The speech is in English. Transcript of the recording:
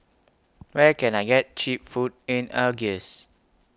Where Can I get Cheap Food in Algiers